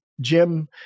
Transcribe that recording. Jim